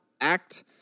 act